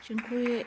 Dziękuję.